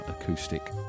acoustic